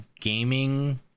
gaming